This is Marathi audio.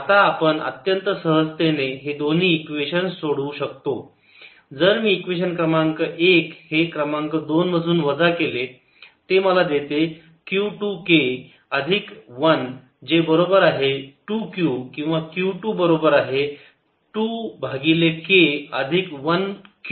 आता आपण अत्यंत सहजतेने हे दोन्ही इक्वेशन सोडवु शकतो जर मी इक्वेशन क्रमांक एक हे क्रमांक दोन मधून वजा केले ते मला देते q 2 k अधिक 1 जे बरोबर आहे 2 q किंवा q 2 बरोबर आहे 2 भागिले k अधिक 1 q